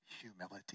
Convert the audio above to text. humility